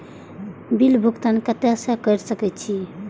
Bill भुगतान केते से कर सके छी?